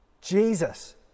Jesus